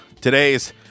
today's